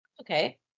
okay